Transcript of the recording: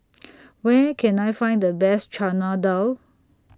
Where Can I Find The Best Chana Dal